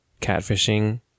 catfishing